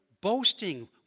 boasting